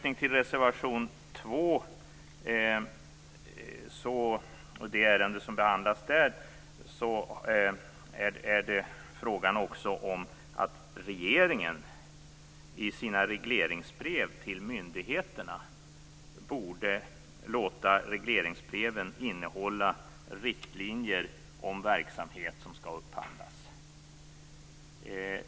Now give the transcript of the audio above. I reservation 2 behandlas frågan att regeringen i sina regleringsbrev till myndigheterna borde låta regleringsbreven innehålla riktlinjer om verksamhet som skall upphandlas.